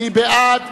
מי בעד?